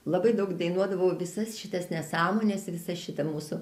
labai daug dainuodavau visas šitas nesąmones visą šitą mūsų